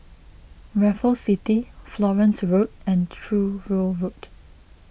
Raffles City Florence Road and Truro Road